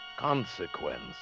Consequence